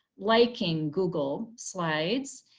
liking google slides.